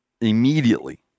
immediately